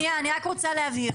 אני רק רוצה להבהיר.